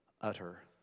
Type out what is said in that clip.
utter